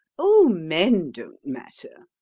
oh, men don't matter.